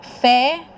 fair